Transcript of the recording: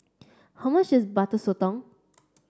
how much is Butter Sotong